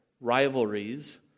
rivalries